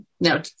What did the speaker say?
no